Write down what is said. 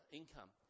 income